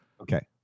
Okay